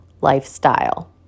lifestyle